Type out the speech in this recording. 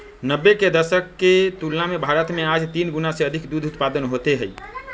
नब्बे के दशक के तुलना में भारत में आज तीन गुणा से अधिक दूध उत्पादन होते हई